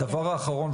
הדבר האחרון,